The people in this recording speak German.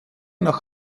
nach